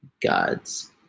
God's